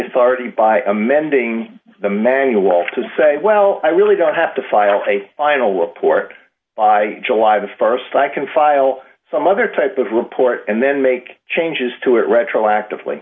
authority by amending the manual to say well i really don't have to file a final report by july the st i can file some other type of report and then make changes to it retroactively